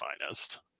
finest